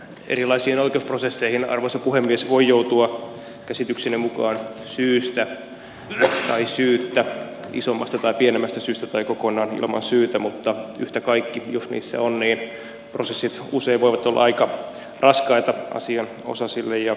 erilaisiin oikeusprosesseihin arvoisa puhemies voi joutua käsitykseni mukaan syystä tai syyttä isommasta tai pienemmästä syystä tai kokonaan ilman syytä mutta yhtä kaikki jos niissä on prosessit usein voivat olla aika raskaita asianosaisille ja ehkä heidän lähipiirilleenkin